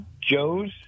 Joe's